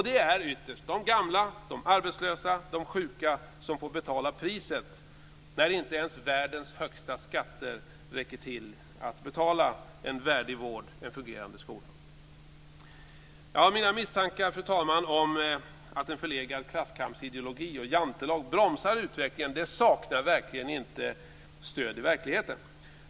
Det är ytterst de gamla, de arbetslösa och de sjuka som får betala priset när inte ens världens högsta skatter räcker till att betala en värdig vård och en fungerande skola. Mina misstankar, fru talman, om att en förlegad klasskampsideologi och jantelag bromsar utvecklingen saknar verkligen inte stöd i verkligheten.